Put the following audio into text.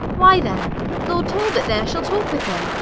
why then lord talbot there shal talk with him,